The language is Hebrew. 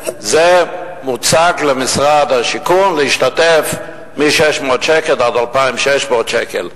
הוא מוצג למשרד השיכון להשתתפות של מ-600 שקל עד 2,600 שקל.